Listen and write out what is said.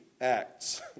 Acts